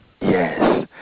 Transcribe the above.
yes